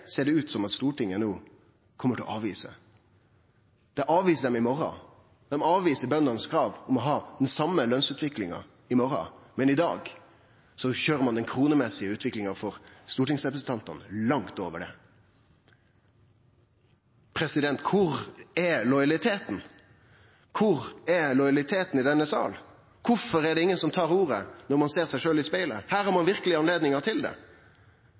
ser det ut som at Stortinget no kjem til å avvise. Det avviser Stortinget i morgon. Dei avviser bøndenes krav om å ha den same lønsutviklinga i morgon, men i dag køyrer ein utviklinga i kroner for stortingsrepresentantane langt over det. Kvar er lojaliteten? Kvar er lojaliteten i denne salen? Kvifor er det ingen som tar ordet når ein ser seg sjølv i spegelen? Her har ein verkeleg anledninga til det.